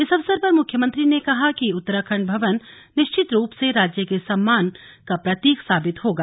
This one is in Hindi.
इस अवसर पर मुख्यमंत्री रावत ने कहा कि उत्तराखण्ड भवन निश्चित रूप से राज्य के सम्मान का प्रतीक साबित होगा